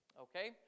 Okay